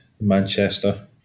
Manchester